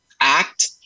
act